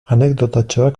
anekdotatxoa